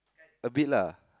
a bit lah